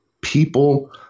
people